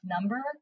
number